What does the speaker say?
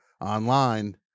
online